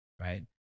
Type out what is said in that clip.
right